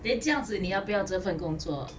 then 这样子你要不要这份工作